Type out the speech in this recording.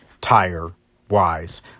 tire-wise